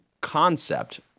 concept